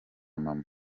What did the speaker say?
mama